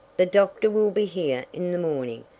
the doctor will be here in the morning,